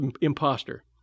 imposter